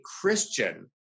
Christian